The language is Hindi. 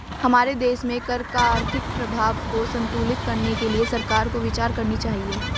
हमारे देश में कर का आर्थिक प्रभाव को संतुलित करने के लिए सरकार को विचार करनी चाहिए